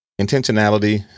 Intentionality